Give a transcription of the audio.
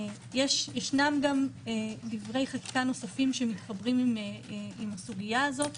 ישנם גם דברי חקיקה נוספים שמתחברים עם הסוגיה הזאת,